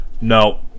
No